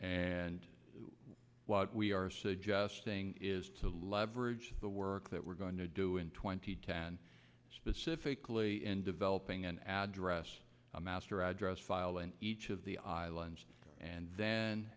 and what we are suggesting is to leverage the work that we're going to do in twenty ten specifically in developing an address a master address file in each of the islands and then